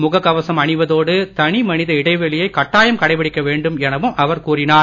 முக கவசம் அணிவதோடு தனி மனித இடைவெளியை கட்டாயம் கடைபிடிக்க வேண்டும் எனவும் கூறினார்